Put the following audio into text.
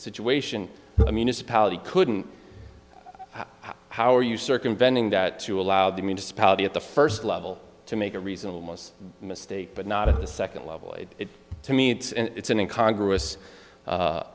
situation i mean it's a pallet he couldn't how are you circumventing that to allow the municipality at the first level to make a reasonable most mistake but not at the second level aide it to me it's an in congress